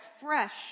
fresh